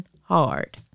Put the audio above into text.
hard